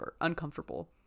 uncomfortable